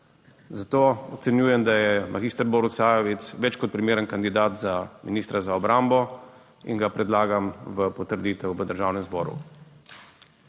Zato ocenjujem, da je mag. Borut Sajovic več kot primeren kandidat za ministra za obrambo in ga predlagam v potrditev v Državnem zboru.